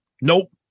Nope